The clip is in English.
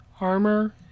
armor